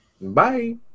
bye